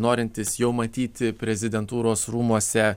norintys jau matyti prezidentūros rūmuose